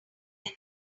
both